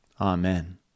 Amen